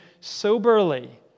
soberly